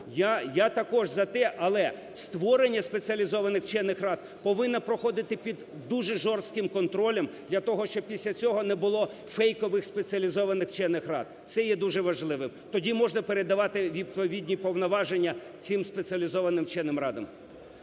Я також за те, але створення спеціалізованих вчених рад повинне проходити під дуже жорстким контролем для того, щоб після цього не було фейкових спеціалізованих вчених рад – це є дуже важливим, тоді можна передавати відповідні повноваження цим спеціалізованим вченим радам.